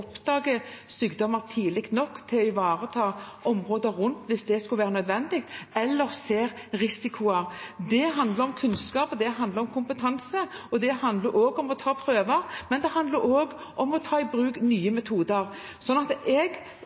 sykdommer tidlig nok til å ivareta området rundt om en ser risiko, hvis det skulle være nødvendig. Det handler om kunnskap, det handler om kompetanse, og det handler om å ta prøver. Men det handler også om å ta i bruk nye metoder. Jeg forutsetter det styrelederen sier, at